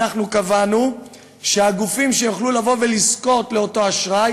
אנחנו קבענו שהגופים שיוכלו לבוא ולזכות באותו אשראי